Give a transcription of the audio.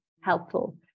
helpful